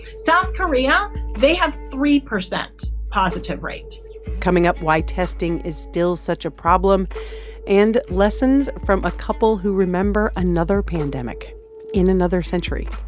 south korea they have three percent positive rate coming up, why testing is still such a problem and lessons from a couple who remember another pandemic in another century.